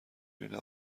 بینه